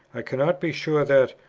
i cannot be sure that,